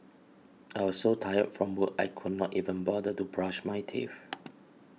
I was so tired from work I could not even bother to brush my teeth